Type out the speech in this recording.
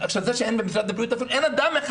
וזה שאין במשרד הבריאות אין אדם אחד